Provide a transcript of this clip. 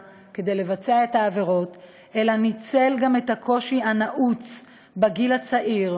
כדי לבצע את העבירות אלא ניצל גם את הקושי הנעוץ בגיל הצעיר